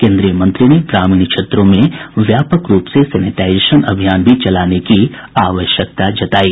केन्द्रीय मंत्री ने ग्राामीण क्षेत्रों में व्यापक रूप से सेनेटाईजेशन अभियान भी चलाने की आवश्यकता जतायी